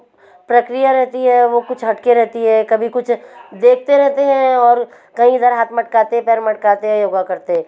प्रक्रिया रहता है वह कुछ हट कर रहती है कभी कुछ देखते रहते हैं और कभी इधर हाथ मटकाते पैर मटकाते योग करते